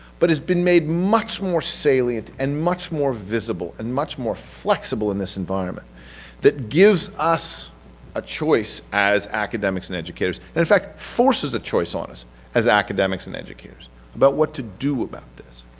but has been much more salient and much more visible and much more flexible in this environment that gives us a choice as academics and educators, and in fact forces the choice on us as academics and educators about what to do about this.